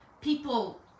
people